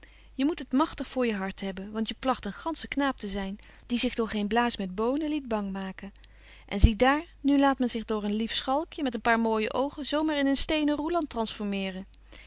je moet het magtig voor je hart hebben want je plagt een gansche knaap te zyn die zich door geen blaas met bonen liet bang maken en zie daar nu laat men zich door een lief schalkje met een paar mooije oogen zo maar in een stenen roeland transformeeren